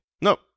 No